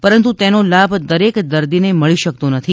પરંતુ તેનો લાભ દરેક દર્દીને મળી શકતો નથી